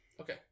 Okay